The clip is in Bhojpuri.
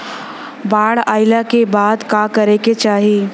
बाढ़ आइला के बाद का करे के चाही?